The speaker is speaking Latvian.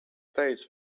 teicu